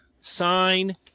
sign